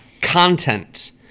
content